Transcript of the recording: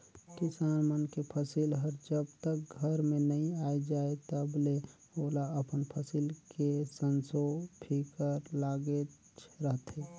किसान मन के फसिल हर जब तक घर में नइ आये जाए तलबे ओला अपन फसिल के संसो फिकर लागेच रहथे